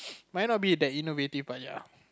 might not be at innovative but ya